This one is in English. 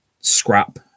scrap